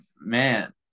man